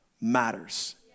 Matters